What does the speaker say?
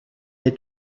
est